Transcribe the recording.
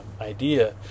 idea